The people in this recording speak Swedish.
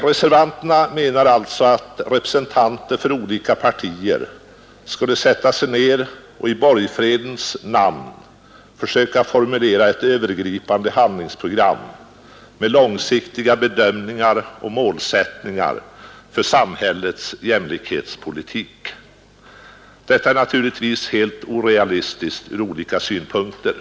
Reservanterna menar alltså att representanter för olika partier skulle sätta sig ned och i borgfredens namn försöka formulera ett övergripande handlingsprogram med långsiktiga bedömningar och målsättningar för samhällets jämlikhetspolitik. Detta är helt orealistiskt ur olika synpunkter.